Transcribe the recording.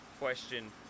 question